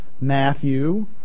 Matthew